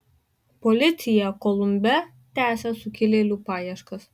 policija kolombe tęsia sukilėlių paieškas